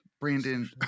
Brandon